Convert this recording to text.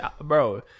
bro